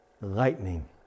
Lightning